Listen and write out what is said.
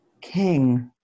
King